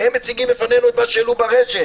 הם מציגים בפנינו את מה שהעלו ברשת.